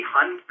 Hunt